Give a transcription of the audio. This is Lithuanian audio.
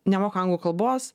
nemoka anglų kalbos